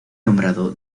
nombrado